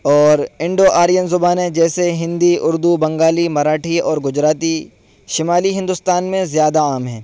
اور Indo Aryan زبانیں جیسے ہندی اردو بنگالی مراٹھی اور گجراتی شمالی ہندوستان میں زیادہ عام ہیں